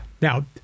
now